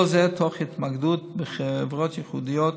כל זה תוך התמקדות בחברות ייחודיות